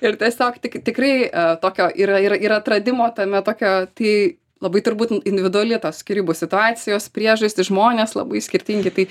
ir tiesiog tik tikrai tokio yra ir ir atradimo tame tokio tai labai turbūt individuali tos skyrybų situacijos priežastys žmonės labai skirtingi tai